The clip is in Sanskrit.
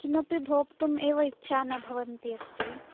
किमपि भोक्तुम् एव इच्छा न भवन्ती अस्ति